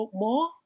more